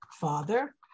father